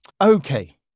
okay